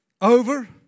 Over